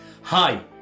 Hi